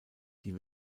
die